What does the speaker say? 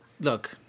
look